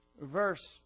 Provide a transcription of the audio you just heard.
verse